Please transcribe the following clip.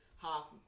half